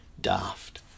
daft